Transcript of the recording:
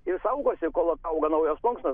ir saugosi kol auga naujos plunksnos